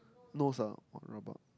nose ah !wah! rabak